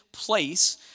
Place